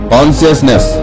Consciousness